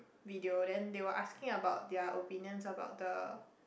video then they were asking about their opinions about the